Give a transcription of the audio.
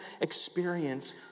experience